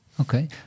Okay